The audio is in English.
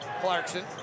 Clarkson